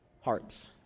Hearts